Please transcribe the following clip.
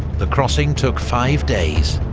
the crossing took five days.